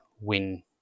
win